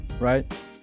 right